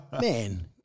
Man